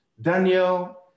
daniel